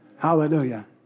Hallelujah